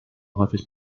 häufig